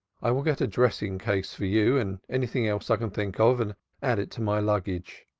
i will get a dressing-case for you and anything else i can think of and add it to my luggage.